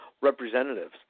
representatives